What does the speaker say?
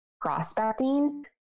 prospecting